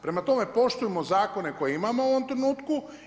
Prema tome, poštujmo zakone koje imamo u ovom trenutku.